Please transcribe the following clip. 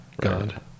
God